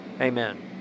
Amen